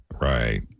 Right